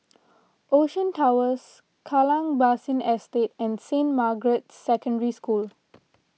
Ocean Towers Kallang Basin Estate and Saint Margaret's Secondary School